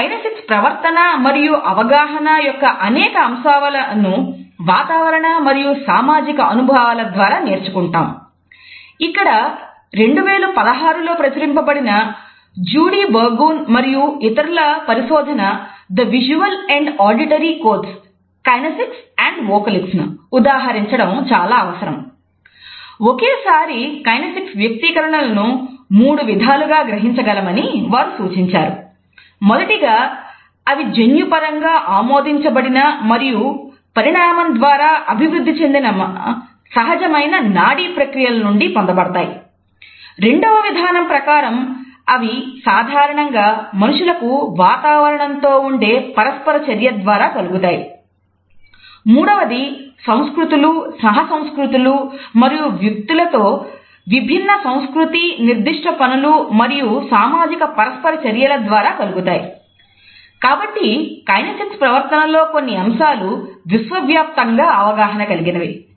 మన కైనేసిక్స్ ప్రవర్తన లో కొన్ని అంశాలు విశ్వవ్యాప్తంగా అవగాహన కలిగినవి